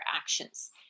actions